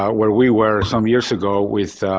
um where we were some years ago with